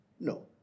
no